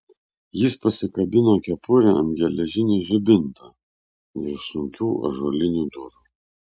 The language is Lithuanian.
jis pasikabino kepurę ant geležinio žibinto virš sunkių ąžuolinių durų